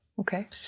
Okay